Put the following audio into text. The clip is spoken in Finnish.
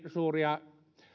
suuria